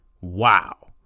Wow